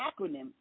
acronym